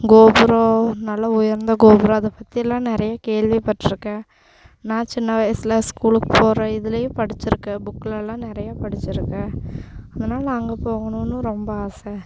கோபுரம் நல்லா உயர்ந்த கோபுரம் அதை பற்றியெல்லாம் நிறைய கேள்விப்பட்டுருக்கேன் நான் சின்ன வயசில் ஸ்கூலுக்கு போகிற இதுலேயும் படிச்சுசிருக்கேன் புக்கில் எல்லாம் நிறைய படிச்சுருக்கேன் அதனால் அங்கே போகணும்னு ரொம்ப ஆசை